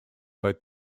both